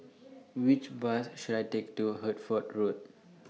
Which Bus should I Take to Hertford Road